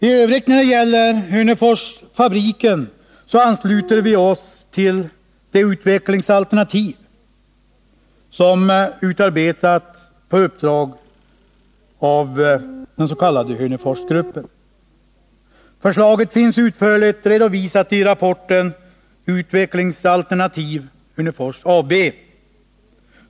I övrigt när det gäller Hörneforsfabriken så ansluter vi oss till det utvecklingsalternativ som utarbetats på uppdrag av den s.k. Hörneforsgruppen. Förslaget finns utförligt redovisat i rapporten Utvecklingsalternativ — Hörnefors AB.